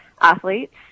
athletes